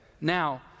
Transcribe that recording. Now